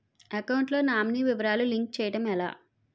Account లో nominee వివరాలు link చేయటం ఎలా?